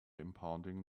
impounding